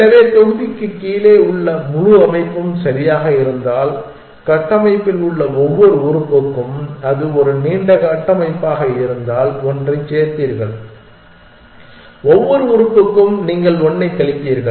எனவே தொகுதிக்கு கீழே உள்ள முழு அமைப்பும் சரியாக இருந்தால் கட்டமைப்பில் உள்ள ஒவ்வொரு உறுப்புக்கும் அது ஒரு நீண்ட கட்டமைப்பாக இருந்தால் ஒன்றைச் சேர்ப்பீர்கள் ஒவ்வொரு உறுப்புக்கும் நீங்கள் 1 ஐக் கழிப்பீர்கள்